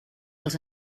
els